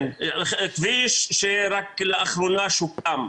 כן, כביש שרק לאחרונה שוקם.